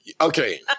okay